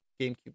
GameCube